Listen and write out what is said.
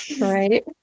Right